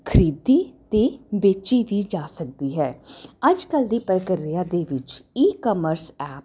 ਖਰੀਦੀ ਅਤੇ ਵੇਚੀ ਦੀ ਜਾ ਸਕਦੀ ਹੈ ਅੱਜ ਕੱਲ੍ਹ ਦੀ ਪ੍ਰਕਿਰਿਆ ਦੇ ਵਿੱਚ ਈਕਮਰਸ ਐਪ